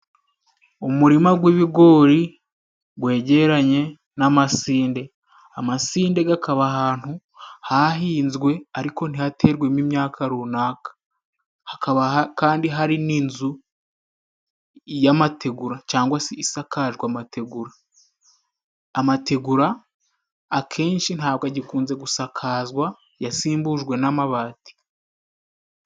Umurima gw'ibigori gwegeranye n'amasinde. Amasinde gakaba ahantu hahinzwe ariko ntihaterwemo imyaka runaka. Hakaba kandi hari n'inzu y'amategura cangwa se isakajwe amategura. Amategura akenshi ntabwo agikunze gusakazwa yasimbujwe n'amabati.